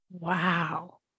Wow